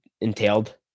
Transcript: entailed